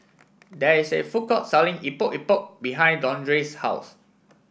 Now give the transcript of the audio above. there is a food court selling Epok Epok behind Dondre's house